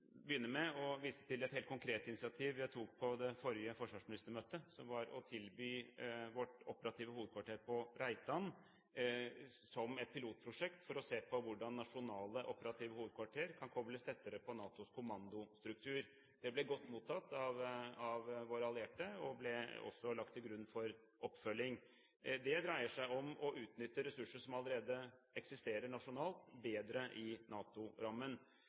tok på det forrige forsvarsministermøtet. Det var å tilby vårt operative hovedkvarter på Reitan som et pilotprosjekt for å se på hvordan nasjonale operative hovedkvarter kan kobles tettere på NATOs kommandostruktur. Det ble godt mottatt av våre allierte og ble også lagt til grunn for oppfølging. Dette dreier seg om å utnytte ressurser som allerede eksisterer nasjonalt, bedre i